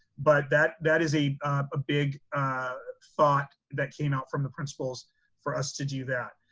but that that is a ah big thought that came out from the principals for us to do that.